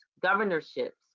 Governorships